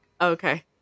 okay